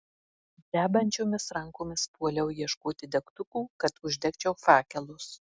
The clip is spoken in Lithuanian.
drebančiomis rankomis puoliau ieškoti degtukų kad uždegčiau fakelus